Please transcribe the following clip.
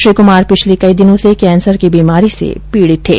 श्री कुमार पिछले कई दिनों से केंसर की बीमारी से पीडित थे